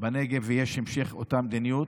בנגב ויש המשך של אותה מדיניות.